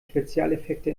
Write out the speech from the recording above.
spezialeffekte